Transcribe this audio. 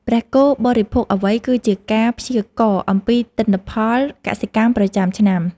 ព្រះគោបរិភោគអ្វី គឺជាការព្យាករណ៍អំពីទិន្នផលកសិកម្មប្រចាំឆ្នាំ។